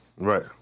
Right